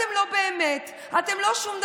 אתם לא באמת, אתם לא שום דבר.